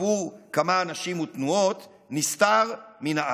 בעבור כמה אנשים ותנועות, נסתר מן העין.